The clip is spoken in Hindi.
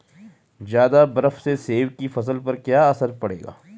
ज़्यादा बर्फ से सेब की फसल पर क्या असर पड़ेगा?